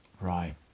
Right